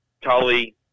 Tully